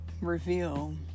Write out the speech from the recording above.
reveal